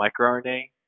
microRNA